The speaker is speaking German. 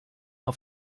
auf